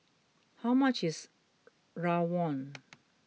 how much is Rawon